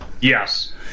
Yes